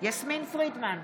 יסמין פרידמן,